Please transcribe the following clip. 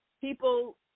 people